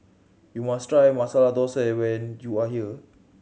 you must try Masala Dosa when you are here